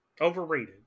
Overrated